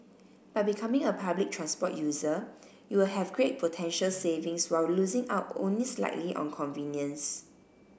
by becoming a public transport user you will have great potential savings while losing out only slightly on convenience